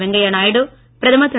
வெங்கைய நாயுடு பிரதமர் திரு